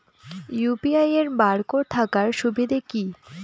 UPI এর barcode থাকার সুবিধে কি?